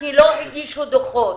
כי לא הגישו דוחות.